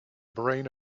brain